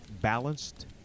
balanced